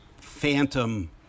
phantom